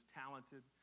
talented